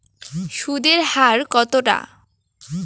সুদের হার কতটা?